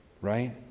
right